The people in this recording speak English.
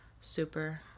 super